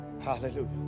Hallelujah